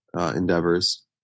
endeavors